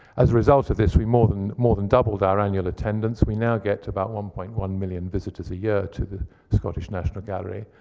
as a result of this, we more than more than doubled our annual attendance. we now get about one point one million visitors a year to the scottish national gallery,